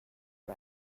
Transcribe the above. are